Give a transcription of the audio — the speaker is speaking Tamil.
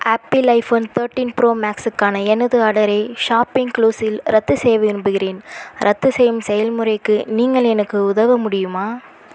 ஆப்பிள் ஐஃபோன் தேர்ட்டின் ப்ரோ மேக்ஸுக்கான எனது ஆர்டரை ஷாப்பிங் க்ளுஸில் ரத்து செய்ய விரும்புகிறேன் ரத்து செய்யும் செயல் முறைக்கு நீங்கள் எனக்கு உதவ முடியுமா